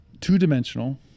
two-dimensional